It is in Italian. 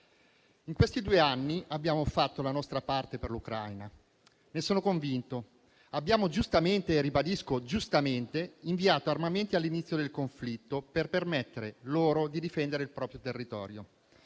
In questi due anni abbiamo fatto la nostra parte per l'Ucraina, ne sono convinto. Abbiamo giustamente - ribadisco giustamente - inviato armamenti all'inizio del conflitto per permettere loro di difendere il proprio territorio.